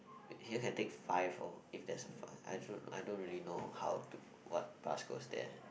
here can take five four if there's a five I don't I don't really know how to what bus goes there